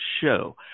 Show